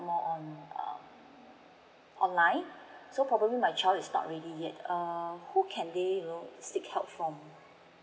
more on err online so probably my child is not ready yet err who can they you know seek help from